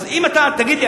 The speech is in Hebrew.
אז אם אתה תגיד לי,